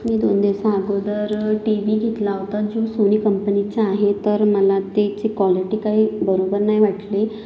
मी दोन दिवसाअगोदर T V घेतला होता जो सोनी कंपनीचा आहे तर मला त्याची क्वालिटी काही बरोबर नाही वाटली